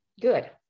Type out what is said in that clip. good